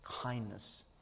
kindness